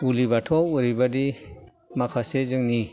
बुलि बाथौआव ओरैबायदि माखासे जोंनि